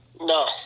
No